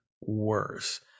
worse